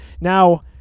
Now